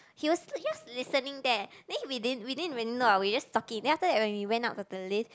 he was just listening there then we didn't we didn't even know we just talking then after that when we went out of the lift